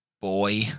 boy